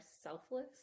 selfless